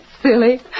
Silly